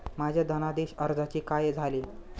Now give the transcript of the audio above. माझ्या धनादेश अर्जाचे काय झाले?